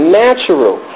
natural